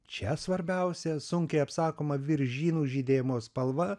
čia svarbiausia sunkiai apsakoma viržynų žydėjimo spalva